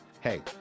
Hey